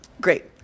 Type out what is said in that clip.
Great